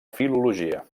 filologia